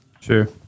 Sure